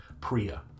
Priya